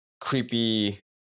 creepy